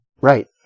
Right